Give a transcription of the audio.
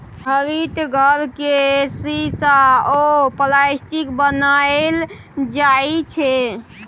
हरित घर केँ शीशा आ प्लास्टिकसँ बनाएल जाइ छै